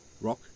rock